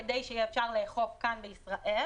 כדי שיהיה אפשר לאכוף כאן בישראל.